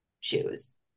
choose